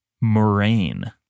moraine